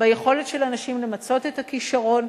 ביכולת של אנשים למצות את הכשרון,